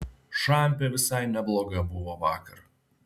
šampė visai nebloga buvo vakar